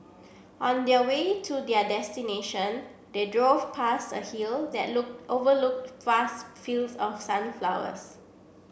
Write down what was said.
on the way to their destination they drove past a hill that look overlooked vast fields of sunflowers